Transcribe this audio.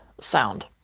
sound